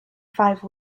five